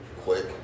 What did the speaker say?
quick